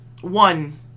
one